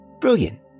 Brilliant